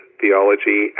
theology